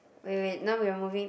wait wait wait now we're moving